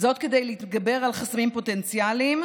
כדי להתגבר על חסמים פוטנציאליים,